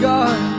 God